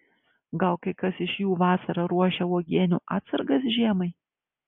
gal kai kas iš jų vasarą ruošia uogienių atsargas žiemai